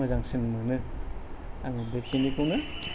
मोजांसिन मोनो आङो बेखिनिखौनो